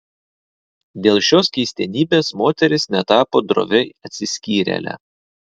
dėl šios keistenybės moteris netapo drovia atsiskyrėle